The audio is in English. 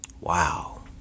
Wow